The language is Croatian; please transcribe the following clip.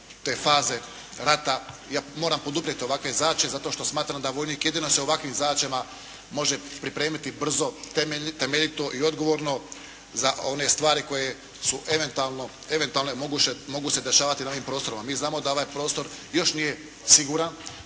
te faze rata ja moram poduprijeti ovakve zadaće zato što smatram da vojnik jedino sa ovakvim zadaćama može pripremiti brzo, temeljito i odgovorno za one stvari koje su eventualne mogu se dešavati na ovim prostorima. Mi znamo da ovaj prostor još nije siguran,